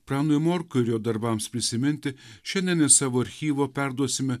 pranui morkui ir jo darbams prisiminti šiandien iš savo archyvo perduosime